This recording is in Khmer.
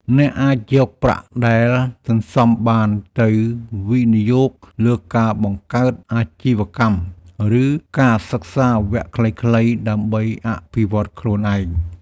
អ្នកអាចយកប្រាក់ដែលសន្សំបានទៅវិនិយោគលើការបង្កើតអាជីវកម្មឬការសិក្សាវគ្គខ្លីៗដើម្បីអភិវឌ្ឍខ្លួនឯង។